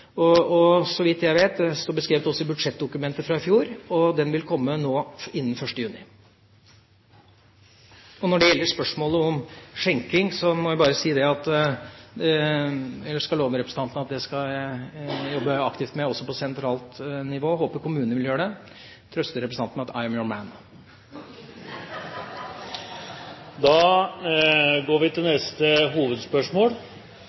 Og så vidt jeg vet – det står beskrevet også i budsjettdokumentet fra i fjor – vil den komme innen 1. juni. Når det gjelder spørsmålet om skjenking, kan jeg love representanten at det skal jeg jobbe aktivt med, også på sentralt nivå. Jeg håper også kommunene vil gjøre det. Jeg kan trøste representanten med at «I’m your man»! Vi går til